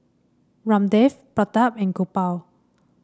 Ramdev Pratap and Gopal